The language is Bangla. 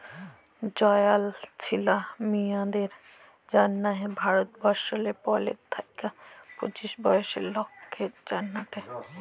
জয়াল ছিলা মিঁয়াদের জ্যনহে ভারতবর্ষলে পলের থ্যাইকে পঁচিশ বয়েসের লকদের জ্যনহে